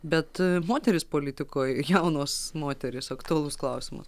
bet moterys politikoj jaunos moterys aktualus klausimas